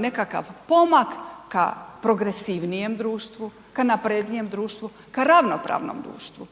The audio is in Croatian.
nekakav pomak ka progresivnijem društvu, ka naprednijem društvu, ka ravnopravnom društvu.